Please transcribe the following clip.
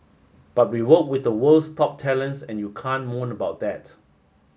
but we work with the world's top talents and you can't moan about it